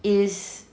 is